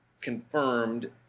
confirmed